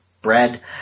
bread